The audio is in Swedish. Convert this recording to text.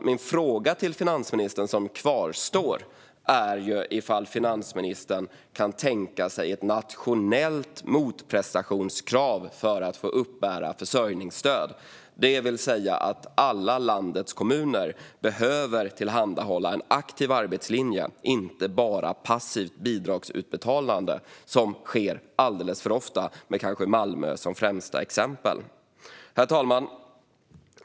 Min fråga till finansministern kvarstår: Kan finansministern tänka sig ett nationellt motprestationskrav för att få uppbära försörjningsstöd? Det vill säga att alla landets kommuner behöver tillhandahålla en aktiv arbetslinje och inte bara passivt bidragsutbetalande, som sker alldeles för ofta, med Malmö som kanske främsta exempel. Herr talman!